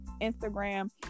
Instagram